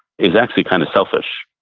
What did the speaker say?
is actually kind of selfish.